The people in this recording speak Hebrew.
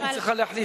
והיא צריכה להחליט,